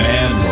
Man